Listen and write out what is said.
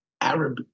Arab